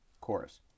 Chorus